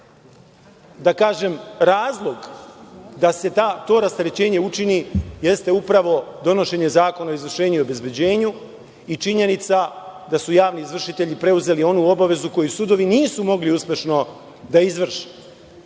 tako kažem, razlog da se to rasterećenje učini jeste upravo donošenje Zakona o izvršenju i obezbeđenju i činjenica da su javni izvršitelji preuzeli onu obavezu koju sudovi nisu mogli uspešno da izvrše.